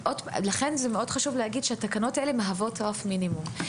--- לכן זה מאוד חשוב להגיד שהתקנות האלה מהוות רף מינימום.